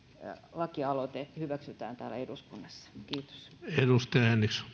lakialoite hyväksytään täällä eduskunnassa kiitos